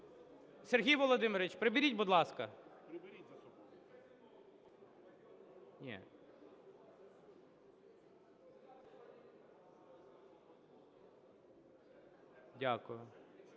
Сергій Володимирович, приберіть, будь ласка. Дякую.